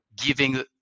giving